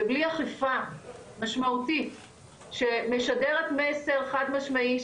ובלי אכיפה משמעותית שמשדרת מסר חד משמעי,